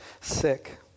sick